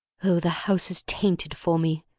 oh! the house is tainted for me!